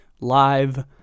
live